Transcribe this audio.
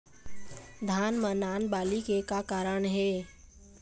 धान म नान बाली के का कारण हे?